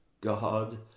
God